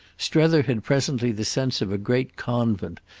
strether had presently the sense of a great convent,